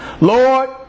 Lord